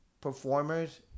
performers